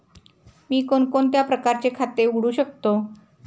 मी कोणकोणत्या प्रकारचे खाते उघडू शकतो?